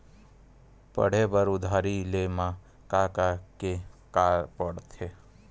पढ़े बर उधारी ले मा का का के का पढ़ते?